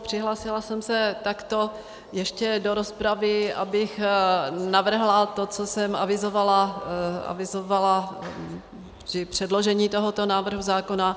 Přihlásila jsem se takto ještě do rozpravy, abych navrhla to, co jsem avizovala při předložení tohoto návrhu zákona.